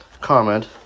comment